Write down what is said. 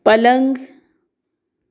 पलंग